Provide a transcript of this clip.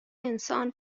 انسان